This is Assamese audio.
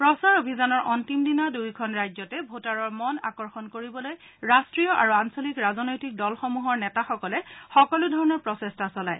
প্ৰচাৰ অভিযানৰ অন্তিম দিনা দুয়োখন ৰাজ্যতে ভোটাৰৰ মন আকৰ্ষণ কৰিবলৈ ৰাষ্ট্ৰীয় আৰু আঞ্চলিক ৰাজনৈতিক দলসমূহৰ নেতাসকলে সকলো ধৰণৰ প্ৰচেষ্টা চলায়